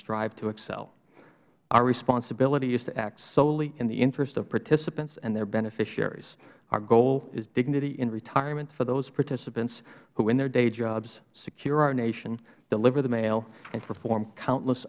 strive to excel our responsibility is to act solely in the interest of participants and their beneficiaries our goal is dignity in retirement for those participants who in their day jobs secure our nation deliver the mail and perform countless